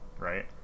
Right